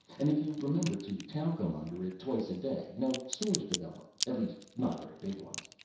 and if you remember to talcum under it twice a day, no sores develop. at least not very big ones.